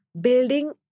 building